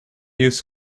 use